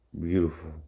Beautiful